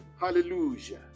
Hallelujah